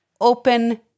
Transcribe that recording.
open